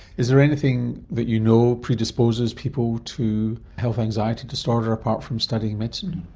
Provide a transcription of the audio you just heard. is there anything that you know predisposes people to health anxiety disorder, apart from studying medicine?